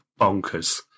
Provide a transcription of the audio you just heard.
bonkers